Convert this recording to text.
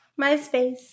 MySpace